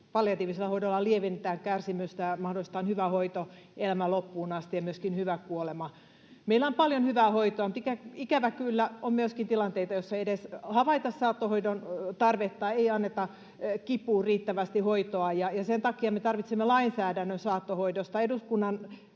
Palliatiivisella hoidolla lievennetään kärsimystä ja mahdollistetaan hyvä hoito elämän loppuun asti ja myöskin hyvä kuolema. Meillä on paljon hyvää hoitoa, mutta ikävä kyllä on myöskin tilanteita, joissa ei edes havaita saattohoidon tarvetta, ei anneta kipuun riittävästi hoitoa, ja sen takia me tarvitsemme lainsäädännön saattohoidosta.